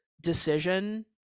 decision